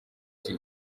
iki